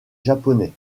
japonais